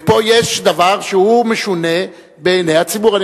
ופה יש דבר שהוא משונה בעיני הציבור.